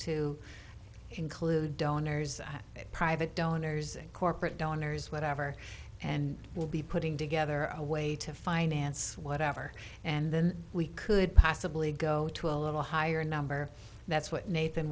to include donors private donors and corporate donors whatever and we'll be putting together a way to finance whatever and then we could possibly go to a little higher number that's what nathan